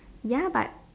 ya but